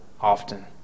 often